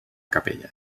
capella